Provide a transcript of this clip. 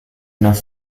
enough